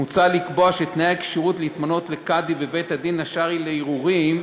מוצע לקבוע שתנאי הכשירות להתמנות לקאדי בבית-הדין השרעי לערעורים,